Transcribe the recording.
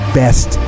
best